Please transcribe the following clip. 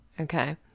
okay